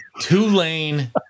tulane